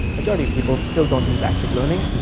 majority of people still don't use active learning.